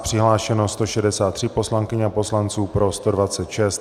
Přihlášeno 163 poslankyň a poslanců, pro 126.